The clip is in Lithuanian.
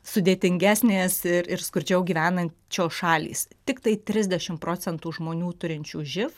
sudėtingesnės ir ir skurdžiau gyvenančios šalys tiktai trisdešimt procentų žmonių turinčių živ